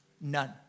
None